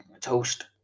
toast